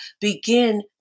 begin